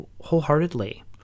wholeheartedly